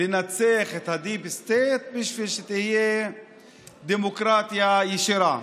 לנצח את ה-deep state בשביל שתהיה דמוקרטיה ישירה.